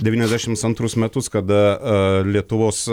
devyniasdešims antrus metus kada lietuvos